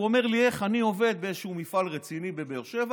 הוא אומר לי: אני עובד באיזשהו מפעל רציני בבאר שבע.